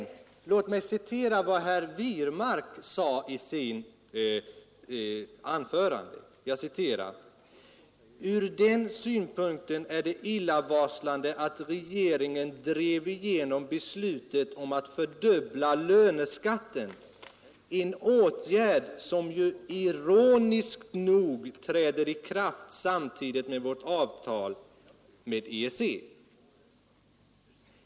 Men låt mig återge vad herr Wirmark sade i sitt anförande, ”att det ur den synpunkten är illavarslande att regeringen drev igenom beslutet om att fördubbla löneskatten, en åtgärd som ironiskt nog träder i kraft samtidigt med vårt avtal med EEC”.